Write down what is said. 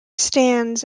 stands